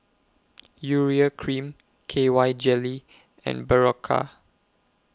Urea Cream K Y Jelly and Berocca